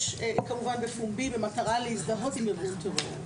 כמובן בפומבי במטרה להזדהות עם ארגון טרור.